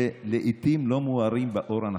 שלעיתים לא מוארים באור הנכון.